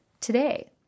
today